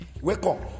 welcome